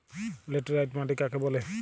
Laterite মাটি কাকে বলে?